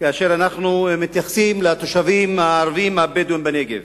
כאשר אנחנו מתייחסים לתושבים הערבים הבדואים בנגב.